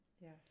Yes